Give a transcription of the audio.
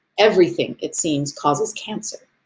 everything, it seems, causes cancer.